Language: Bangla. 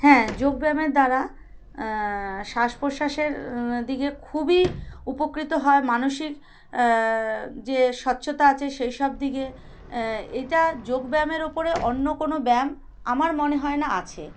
হ্যাঁ যোগব্যায়ামের দ্বারা শ্বাস প্রশ্বাসের দিকে খুবই উপকৃত হয় মানসিক যে স্বচ্ছতা আছে সেই সব দিকে এটা যোগব্যায়ামের ওপরে অন্য কোনো ব্যায়াম আমার মনে হয় না আছে